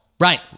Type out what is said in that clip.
Right